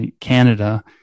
Canada